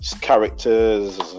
characters